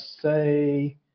say